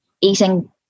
eating